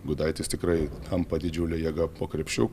gudaitis tikrai tampa didžiule jėga po krepšiu